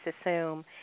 assume